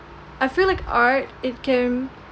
I feel like art it can